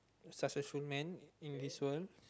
successful man in this world